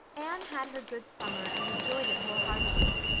anne had her good summer and enjoyed it wholeheartedly.